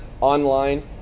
online